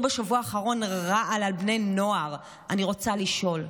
בשבוע האחרון רעל על בני נוער אני רוצה לשאול: